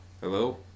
Hello